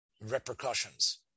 repercussions